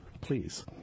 please